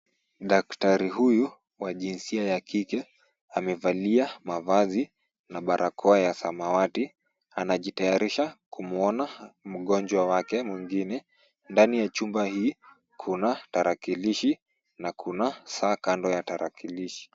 Daktari huyu wa jinsia ya kike amevalia mavazi na barakoa ya samawati. Anajitayarisha kumwona mgonjwa wake mwingine. Ndani ya chumba hii kuna tarakilishi na kuna saa kando ya tarakilishi.